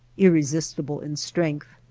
irresistible in strength.